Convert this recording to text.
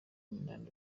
minani